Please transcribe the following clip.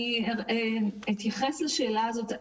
אני אתייחס לשאלה הזאת.